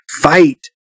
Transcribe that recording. fight